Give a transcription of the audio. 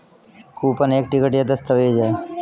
coupon एक ticket या दस्तावेज़ है